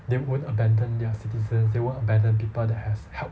they won't abandon their citizens they won't abandon people that has helped